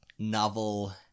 Novel